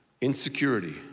insecurity